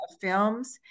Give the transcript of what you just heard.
films